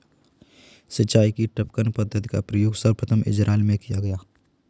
सिंचाई की टपकन पद्धति का प्रयोग सर्वप्रथम इज़राइल में किया गया